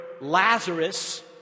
Lazarus